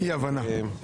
אי הבנה.